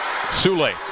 Sule